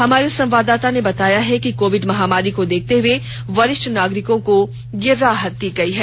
हमारे संवाददाता ने बताया है कि कोविड महामारी को देखते हुए वरिष्ठ नागरिकों को यह राहत दी गई है